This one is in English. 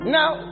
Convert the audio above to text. Now